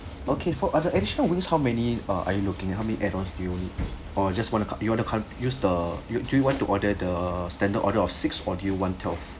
okay for ah the additional wings how many ah are you looking at how many adds on do you need or you just want to you want to use the do you do you want to order the standard order of six or do you want twelve